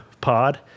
pod